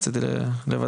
אוקיי, אז רציתי רק לוודא.